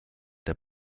der